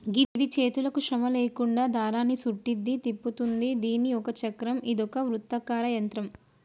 గిది చేతులకు శ్రమ లేకుండా దారాన్ని సుట్టుద్ది, తిప్పుతుంది దీని ఒక చక్రం ఇదొక వృత్తాకార యంత్రం